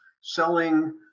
selling